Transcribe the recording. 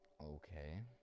Okay